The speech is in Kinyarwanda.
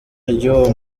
ry’uwo